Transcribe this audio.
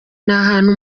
ahantu